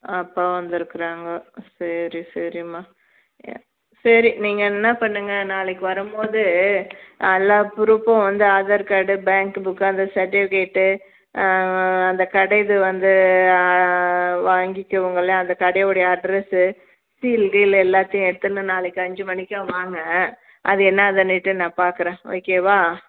அப்பா வந்திருக்குறாங்கோ சரி சரிம்மா சரி நீங்கள் என்ன பண்ணுங்கள் நாளைக்கு வரும்மோது எல்லா ப்ரூஃப்பும் வந்து ஆதார் கார்டு பேங்க்கு புக்கு அந்த சர்ட்டிஃபிக்கேட்டு அந்த கடையிது வந்து வாங்கிக்குவோங்கள்ல அந்த கடை உடைய அட்ரஸ்ஸு சீலு கீலு எல்லாத்தையும் எடுத்துன்னு நாளைக்கு அஞ்சு மணிக்கா வாங்க அது என்ன அதன்னிட்டு நான் பார்க்குறேன் ஓகேவா